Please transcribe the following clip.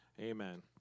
Amen